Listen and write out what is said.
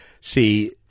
See